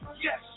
Yes